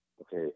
okay